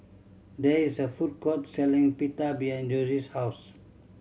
there is a food court selling Pita behind Jossie's house